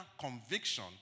conviction